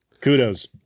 kudos